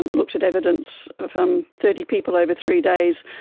and looked at evidence of um thirty people over three days,